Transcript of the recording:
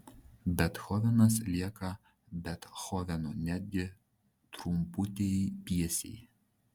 bethovenas lieka bethovenu netgi trumputėj pjesėj